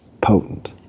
potent